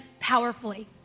powerfully